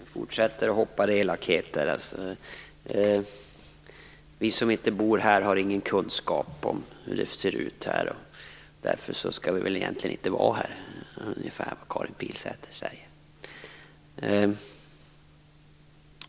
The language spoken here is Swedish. Fru talman! Det fortsätter att hoppa ut elakheter. Vi som inte bor här har ingen kunskap om hur det ser ut, och därför skall vi väl egentligen inte vara här. Det är ungefär vad Karin Pilsäter säger.